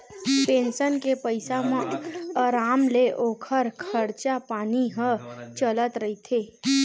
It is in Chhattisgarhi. पेंसन के पइसा म अराम ले ओखर खरचा पानी ह चलत रहिथे